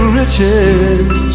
riches